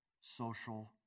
social